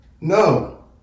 No